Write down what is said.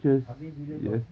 I mean bila kau